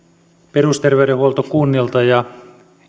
perusterveydenhuolto kunnilta ja